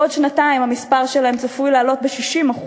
בעוד שנתיים המספר שלהם צפוי לעלות ב-60%,